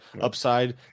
upside